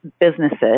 businesses